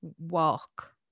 walk